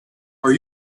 are